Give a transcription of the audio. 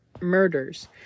murders